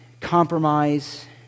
compromise